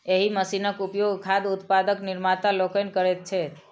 एहि मशीनक उपयोग खाद्य उत्पादक निर्माता लोकनि करैत छथि